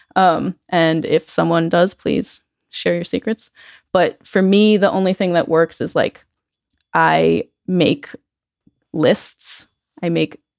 um and if someone does, please share your secrets but for me, the only thing that works is like i make lists i make